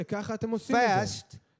Fast